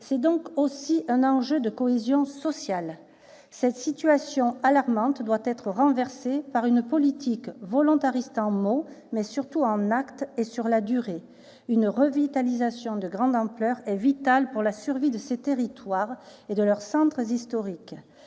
C'est donc aussi un enjeu de cohésion sociale. Cette situation alarmante doit être renversée par une politique volontariste en mots, mais surtout en actes et sur la durée. Une revitalisation de grande ampleur est vitale pour la survie de ces territoires et de leurs centres historiques.